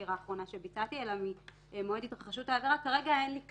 החקירה האחרונה שביצעתי אלא ממועד התרחשות העבירה כרגע אין לי כלום.